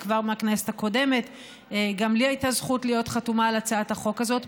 וכבר מהכנסת הקודמת גם לי הייתה זכות להיות חתומה על הצעת החוק הזאת,